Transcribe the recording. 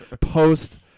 Post